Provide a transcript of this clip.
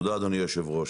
תודה אדוני היו"ר,